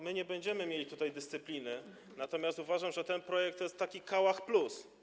My nie będziemy mieli tutaj dyscypliny, natomiast uważam, że ten projekt to jest taki kałach+.